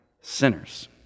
sinners